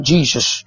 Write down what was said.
Jesus